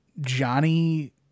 Johnny